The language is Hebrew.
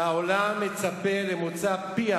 העולם מצפה למוצא פיה